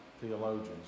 theologians